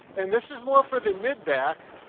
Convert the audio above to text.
and this is more for the mid-back.